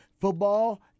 football